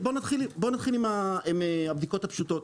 בוא נתחיל עם הבדיקות הפשוטות,